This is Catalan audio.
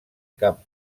cap